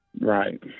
Right